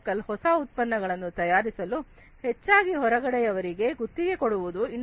ಹೊಸ ಉತ್ಪನ್ನಗಳನ್ನು ತಯಾರಿಸಲು ಹೆಚ್ಚಾಗಿ ಹೊರಗಡೆ ಯವರಿಗೆ ಗುತ್ತಿಗೆ ಕೊಡುವುದು ಇಂಡಸ್ಟ್ರಿ4